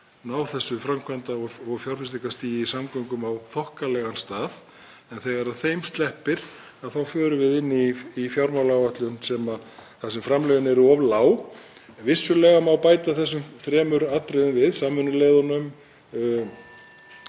ná þessu framkvæmda- og fjárfestingarstigi í samgöngum á þokkalegan stað en þegar þeim sleppir förum við inn í fjármálaáætlun þar sem framlögin eru of lág. Vissulega má bæta þessum atriðum við, samvinnuleiðunum,